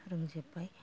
रोंजोबबाय